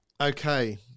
Okay